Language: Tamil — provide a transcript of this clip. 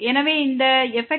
எனவே இந்த fx00